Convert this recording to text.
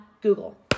Google